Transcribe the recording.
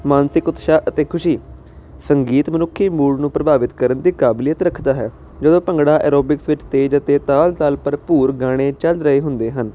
ਮਾਨਸਿਕ ਉਤਸ਼ਾਹ ਅਤੇ ਖੁਸ਼ੀ ਸੰਗੀਤ ਮਨੁੱਖੀ ਮੂਲ ਨੂੰ ਪ੍ਰਭਾਵਿਤ ਕਰਨ ਦੀ ਕਾਬਲੀਅਤ ਰੱਖਦਾ ਹੈ ਜਦੋਂ ਭੰਗੜਾ ਐਰੋਬਿਕਸ ਵਿੱਚ ਤੇਜ਼ ਅਤੇ ਤਾਲ ਤਾਲ ਭਰਪੂਰ ਗਾਣੇ ਚੱਲ ਰਹੇ ਹੁੰਦੇ ਹਨ